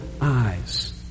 eyes